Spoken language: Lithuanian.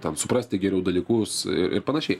ten suprasti geriau dalykus ir panašiai